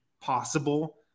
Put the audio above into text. possible